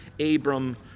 Abram